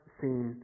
seen